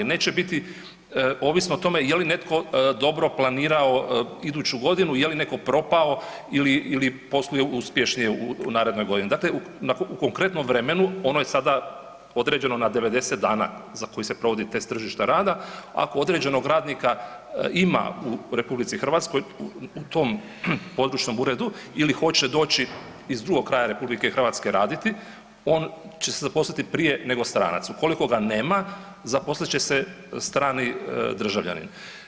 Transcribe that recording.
Neće biti ovisno o tome je li netko dobro planirao iduću godinu, je li neko propao ili posluje uspješnije u narednoj godini, dakle u konkretnom vremenu ono je sada određeno na 90 dana za koji se provodi test tržišta rada, ako određenog radnika ima u RH u tom područnom uredu ili hoće doći iz drugog kraja RH raditi on će se zaposliti prije nego stranac, ukoliko ga nema zaposlit će strani državljanin.